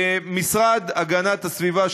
המשרד להגנת הסביבה,